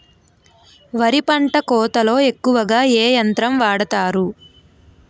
వరి పంట కోతలొ ఎక్కువ ఏ యంత్రం వాడతారు?